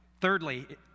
Thirdly